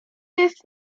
jest